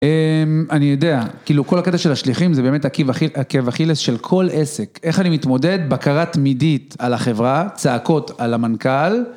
אמ.. אני יודע. כאילו כל הקטע של השליחים זה באמת עקב אכילס של כל עסק. איך אני מתמודד? בקראה תמידית על החברה, צעקות על המנכ״ל...